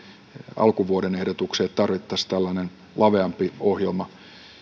alkuvuoden ehdotukseen että tarvittaisiin tällainen laveampi ohjelma